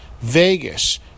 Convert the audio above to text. Vegas